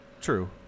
True